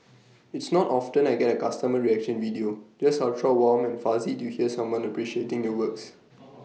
it's not often I get A customer reaction video just ultra warm and fuzzy to hear someone appreciating your works